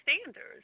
standards